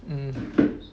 mm